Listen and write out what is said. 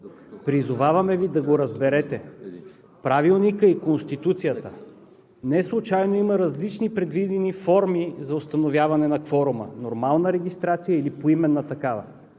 призоваваме Ви да го разберете, Правилника и Конституцията. Неслучайно има различни предвидени форми за установяване на кворума – нормална регистрация или поименна такава.